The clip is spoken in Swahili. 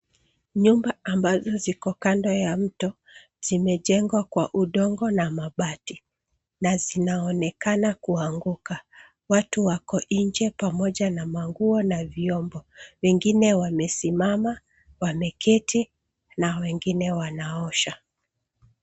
Nyumba ambazo ziko kando ya mto zimejengwa kwa udongo na mabati na zinaonekana kuanguka. Watu wako nje pamoja na manguo na vyombo, wengine wamesimama, wameketi na wengine wanaosha.